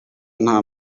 nta